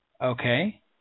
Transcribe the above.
okay